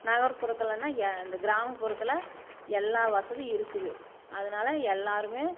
நகர்புறத்திலனா இந்த கிராமப்புறத்தில் எல்லா வசதி இருக்குது அதனால எல்லாருமே